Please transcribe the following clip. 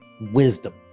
wisdom